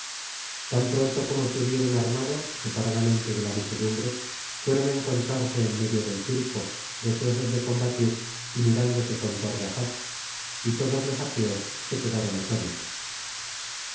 tan pronto como se hubieron armado separadamente de la muchedumbre fueron á encontrarse en medio del circo deseosos de combatir y mirándose con torva faz y todos los aqueos se quedaron atónitos